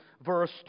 verse